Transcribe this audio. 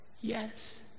yes